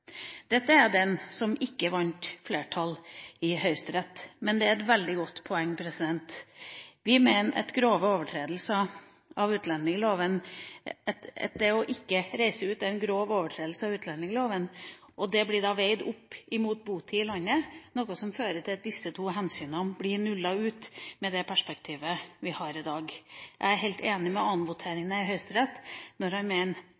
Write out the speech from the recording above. Dette er det som ikke vant flertall i Høyesterett, men det er et veldig godt poeng. Grove overtredelser av utlendingsloven, det ikke å reise ut, blir veid opp mot botid i landet, noe som fører til at disse to hensynene blir nullet ut med det perspektivet vi har i dag. Jeg er helt enig med annenvoterende i Høyesterett når han